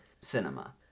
cinema